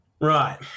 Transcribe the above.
Right